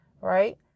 right